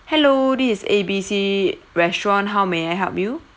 hello this is A B C restaurant how may I help you